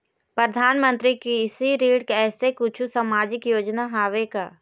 परधानमंतरी कृषि ऋण ऐसे कुछू सामाजिक योजना हावे का?